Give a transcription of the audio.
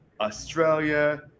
Australia